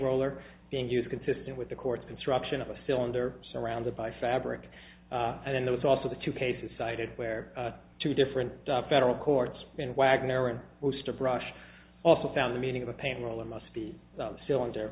roller being used consistent with the court's construction of a cylinder surrounded by fabric and then there was also the two cases cited where two different federal courts in wagner and booster brush also found the meaning of the paint roller must be a cylinder